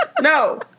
no